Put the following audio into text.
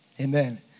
Amen